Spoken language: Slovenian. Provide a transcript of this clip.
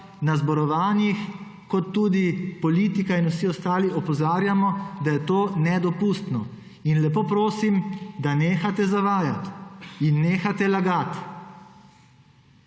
na zborovanjih kot tudi politika in vsi ostali opozarjamo, da je to nedopustno. In lepo prosim, da nehate zavajati in nehate lagati.